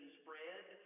spread